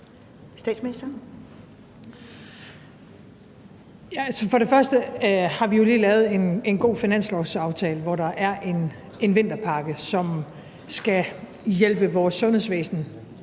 Frederiksen): For det første har vi jo lige lavet en god finanslovsaftale, hvor der er en vinterpakke, som skal hjælpe vores sundhedsvæsen,